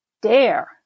dare